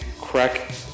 crack